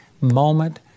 moment